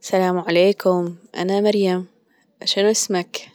سلام عليكم أنا مريم شنو اسمك؟